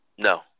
No